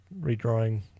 redrawing